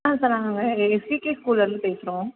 ஆ sir நாங்கள் SCK ஸ்கூல்லருந்து பேசுகிறோம்